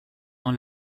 dans